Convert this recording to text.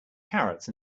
carrots